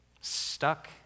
stuck